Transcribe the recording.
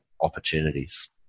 opportunities